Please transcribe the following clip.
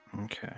Okay